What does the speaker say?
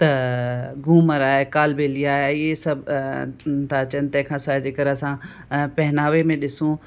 त घुमर आहे कालबेलीआ आहे इहे सभु अचनि तंहिं खां सवाइ जेकरि असां पहेनावे में ॾिसूं